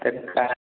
तऽ का